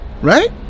Right